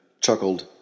chuckled